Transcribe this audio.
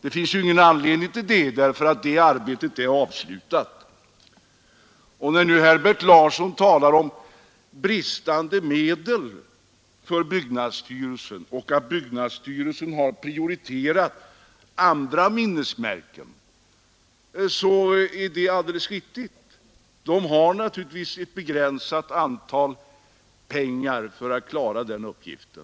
Det finns ju ingen anledning till det, eftersom detta arbete snart är avslutat. Herbert Larsson talar om bristande medel för byggnadsstyrelsen och säger att byggnadsstyrelsen har prioriterat andra minnesmärken. Det är alldeles riktigt; styrelsen har naturligtvis begränsade medel för att klara sådana uppgifter.